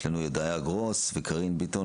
יש לנו גם את הודיה גרוס ואת קרין ביטאן.